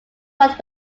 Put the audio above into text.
worked